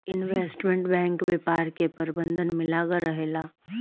investment bank व्यापार के प्रबंधन में लागल रहेला